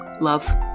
Love